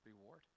reward